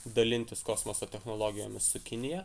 dalintis kosmoso technologijomis su kinija